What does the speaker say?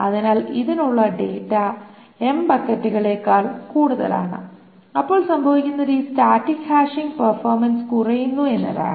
അതിനാൽ ഇതിനുള്ള data m ബക്കറ്റുകളേക്കാൾ കൂടുതലാണ് അപ്പോൾ സംഭവിക്കുന്നത് ഈ സ്റ്റാറ്റിക് ഹാഷിംഗ് പെർഫോമൻസ് കുറയുന്നു എന്നതാണ്